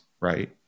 right